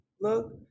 look